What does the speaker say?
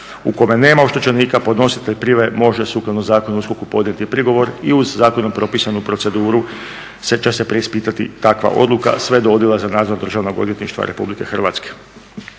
u kome nema oštećenika podnositelj prijave može sukladno Zakonu o USKOK-u podnijeti prigovor i uz zakonom propisanu proceduru će se preispitati takva odluka sve do …/Govornik se ne razumije./… Državnog odvjetništva RH.